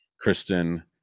Kristen